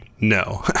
No